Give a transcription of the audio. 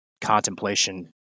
contemplation